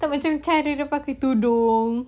dia macam cara dia pakai tudung